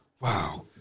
wow